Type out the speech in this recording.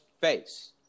face